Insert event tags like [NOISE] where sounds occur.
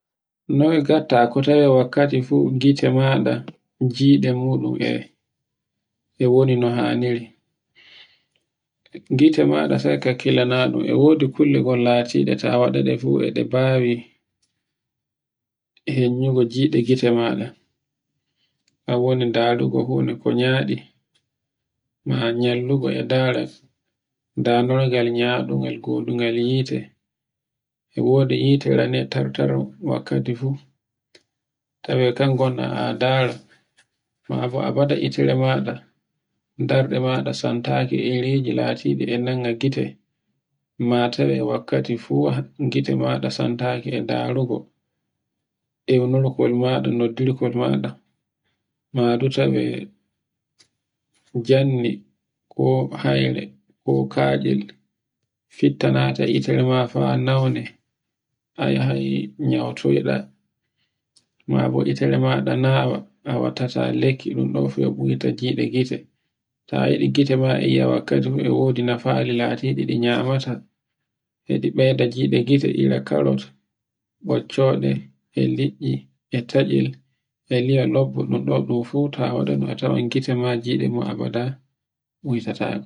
Noy ngatta to tawe wakkati fu ngite maɗa giɗe muɗum e woni no haniri. Gite maɗa sai kakkila naɗum, e wodi kolle latinɗe, ta waɗaɗe fu e ɗe bawi henyugo giɗe gite maɗa. A woni ndaruko fu e ko nyaɗi. Na nyallugo fu e ndara, danorgal nyadungal wodugan hite. e wodi hite ranni tar-tar wakkati fu, tawe kan gonda a ndara mabo a baɗa hitere maɗa darɗe maɗa santaki e reji latiɗi e nanga gite, matawe wakkati fu gite maɗa santaku e ndarugo. ewnirkol maɗa, noddirkol maɗa, madu tawe jannu, ko hayre, ko katcel fitta nata hitere maɗa fa naune. a yahai nyautoɗa mabo hitere maɗa na watata lekki, ɗun ɗo fu e ɓuwita giɗe gite. ta yiɗi gite ma e yawakkati fu e wodi nafandi latindi nyamata eɗe ɓeyda giɗe gite ira karrot, ɓocciɗe, e liɗɗi, e taccel, e li'o lobbo ɗun ɗo ɗun fu ta waɗanun a tawan gite ma giɗe me bada [UNINTELLIGIBLE]